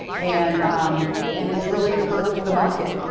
and um and it's really hurt the market.